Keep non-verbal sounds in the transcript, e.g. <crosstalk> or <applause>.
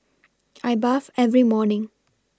<noise> I bathe every morning